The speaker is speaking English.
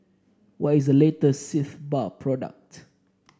what is the latest Sitz Bath product